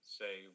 say